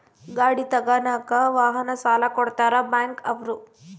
ಗಾಡಿ ತಗನಾಕ ವಾಹನ ಸಾಲ ಕೊಡ್ತಾರ ಬ್ಯಾಂಕ್ ಅವ್ರು